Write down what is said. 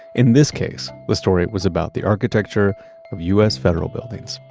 in this case, the story was about the architecture of us federal buildings.